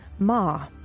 Ma